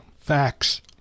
Facts